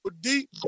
deep